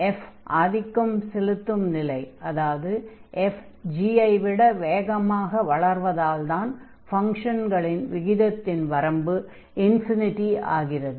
f ஆதிக்கம் செலுத்தும் நிலை அதாவது f g ஐ விட வேகமாக வளர்வதால்தான் ஃபங்ஷன்களின் விகிதத்தின் வரம்பு ∞ ஆகிறது